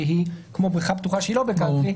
שהיא כמו בריכה פתוחה שהיא לא בקאנטרי,